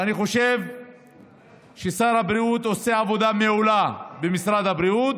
ואני חושב ששר הבריאות עושה עבודה מעולה במשרד הבריאות,